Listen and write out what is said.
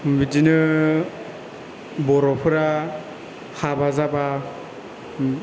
बिदिनो बर'फोरा हाबा जाबा